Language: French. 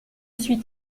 suis